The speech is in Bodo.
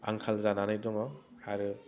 आंखाल जानानै दङ आरो